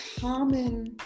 common